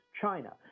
China